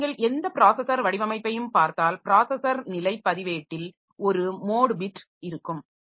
எனவே நீங்கள் எந்த பிராஸஸர் வடிவமைப்பையும் பார்த்தால் பிராஸஸர் நிலை பதிவேட்டில் ஒரு மோட் பிட் இருக்கும்